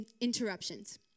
interruptions